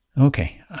okay